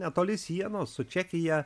netoli sienos su čekija